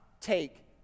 take